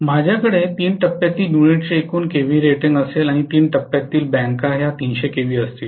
माझ्याकडे तीन टप्प्यातील युनिटचे एकूण केव्हीए रेटिंग असेल किंवा तीन टप्प्यातील बँका 300 केव्हीए असतील